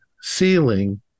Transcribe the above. ceiling